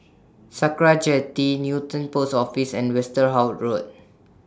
Sakra Jetty Newton Post Office and Westerhout Road